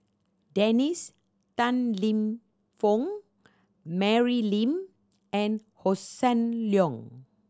Dennis Tan Lip Fong Mary Lim and Hossan Leong